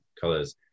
colors